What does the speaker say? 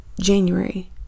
January